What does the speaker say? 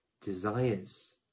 desires